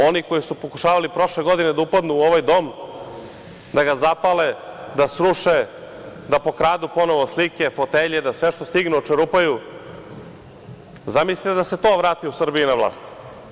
Oni koji su pokušavali prošle godine da upadnu u ovaj dom, da ga zapale, da sruše, da pokradu ponovo slike, da sve što stignu očerupaju, zamislite da se to vrati u Srbiji na vlast.